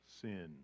sin